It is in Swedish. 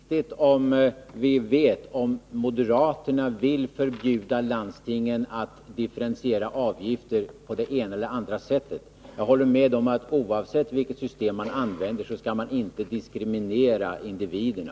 Fru talman! Ja, det kan vi göra. Men det är viktigt att vi vet om m.m. moderaterna vill förbjuda landstingen att differentiera avgifter på det ena eller andra sättet. Jag håller med om att oavsett vilket system man använder så skall man inte diskriminera individerna.